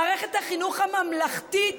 מערכת החינוך הממלכתית